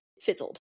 fizzled